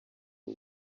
w’u